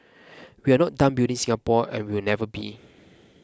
we are not done building Singapore and we will never be